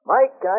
Mike